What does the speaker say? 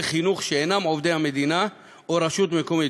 חינוך שאינם עובדי המדינה או רשות מקומית.